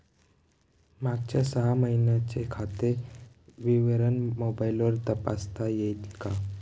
मागच्या सहा महिन्यांचे खाते विवरण मोबाइलवर तपासता येईल का?